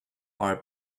are